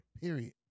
Period